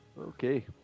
Okay